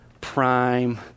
prime